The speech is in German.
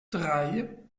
drei